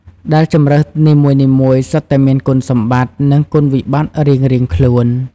ដែលជម្រើសនីមួយៗសុទ្ធតែមានគុណសម្បត្តិ និងគុណវិបត្តិរៀងៗខ្លួន ។